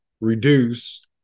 reduce